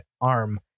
arm